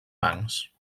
bancs